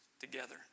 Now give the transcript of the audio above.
together